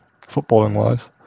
footballing-wise